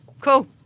Cool